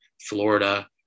Florida